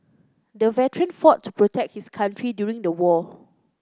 the veteran fought to protect his country during the war